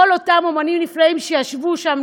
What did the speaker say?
כל אותם אמנים נפלאים שישבו שם,